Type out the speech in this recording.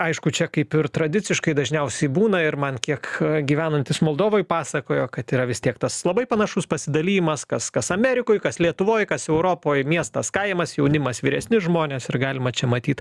aišku čia kaip ir tradiciškai dažniausiai būna ir man kiek gyvenantys moldovai pasakojo kad yra vis tiek tas labai panašus pasidalijimas kas kas amerikoj kas lietuvoj kas europoj miestas kaimas jaunimas vyresni žmonės ir galima čia matyt